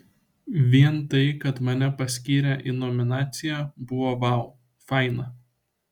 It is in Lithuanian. vien tai kad mane paskyrė į nominaciją buvo vau faina